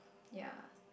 ya